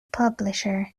publisher